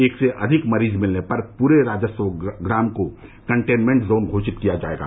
एक से अधिक मरीज मिलने पर पूरे राजस्व ग्राम को कंटेनमेन्ट जोन घोषित किया जाएगा